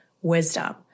wisdom